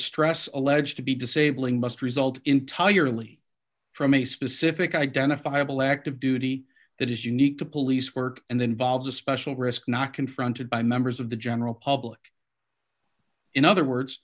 stress alleged to be disabling must result entirely from a specific identifiable active duty that is unique to police work and then volves a special risk not confronted by members of the general public in other words